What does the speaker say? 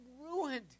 ruined